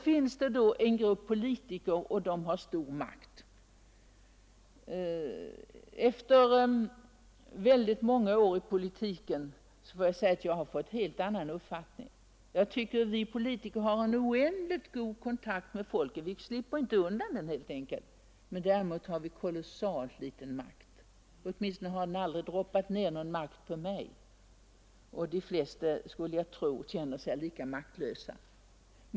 Medan gruppen politiker har stor makt. Efter väldigt många år i politiken får jag säga att jag har en helt annan uppfattning. Jag tycker att vi politiker har en oändligt god kontakt med folket. Vi slipper inte undan den helt enkelt. Men däremot har vi kolossalt liten makt. Åtminstone har det aldrig droppat ner någon makt på mig. Och de flesta skulle jag tro känner sig lika maktlösa.